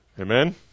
Amen